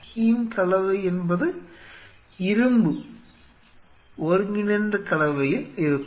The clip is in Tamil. ஹீம் கலவை என்பது இரும்பு ஒருங்கிணைந்த கலவையில் இருக்கும்